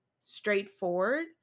straightforward